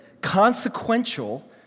consequential